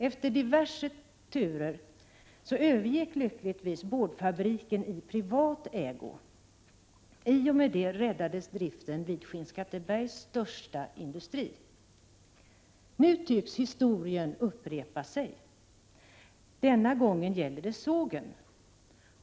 Efter diverse turer övergick lyckligtvis boardfabriken i privat ägo. I och med det räddades driften vid Skinnskattebergs största industri. Nu tycks historien upprepa sig. Denna gång gäller det sågen.